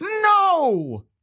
No